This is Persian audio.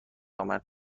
آمد